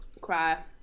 cry